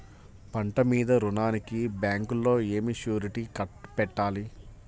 పంట మీద రుణానికి బ్యాంకులో ఏమి షూరిటీ పెట్టాలి?